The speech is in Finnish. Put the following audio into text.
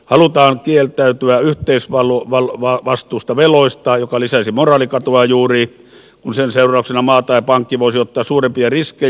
halutaan kieltäytyä yhteisvastuusta veloista joka lisäisi juuri moraalikatoa kun sen seurauksena maa tai pankki voisi ottaa suurempia riskejä